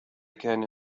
كان